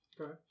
Okay